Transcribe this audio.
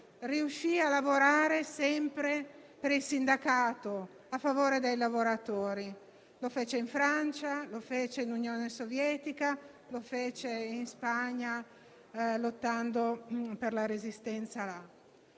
riusciva a lavorare sempre per il sindacato, a favore dei lavoratori. Lo fece in Francia, in Unione Sovietica e in Spagna, lottando per la Resistenza.